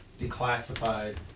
declassified